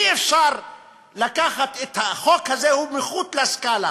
אי-אפשר לקחת את החוק הזה, הוא מחוץ לסקאלה